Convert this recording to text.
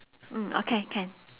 mm okay can